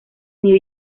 new